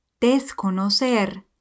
Desconocer